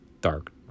dark